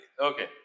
Okay